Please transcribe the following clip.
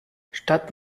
statt